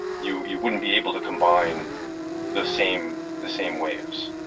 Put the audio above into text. you you wouldn't be able to combine the same the same waves.